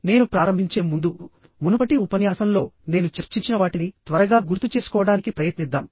నేను ప్రారంభించే ముందు మునుపటి ఉపన్యాసంలో నేను చర్చించిన వాటిని త్వరగా గుర్తుచేసుకోవడానికి ప్రయత్నిద్దాం